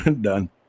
Done